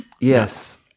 Yes